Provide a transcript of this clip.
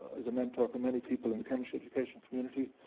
is a mentor for many people in the chemistry education community.